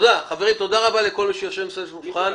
חברים, תודה רבה לכל מי שיושב מסביב לשולחן.